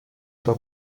sua